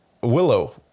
willow